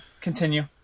Continue